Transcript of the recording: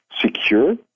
secure